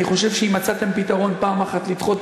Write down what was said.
אני חושב שאם מצאתם פתרון פעם אחת לדחות,